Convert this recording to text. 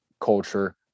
culture